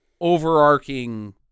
overarching